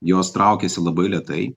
jos traukiasi labai lėtai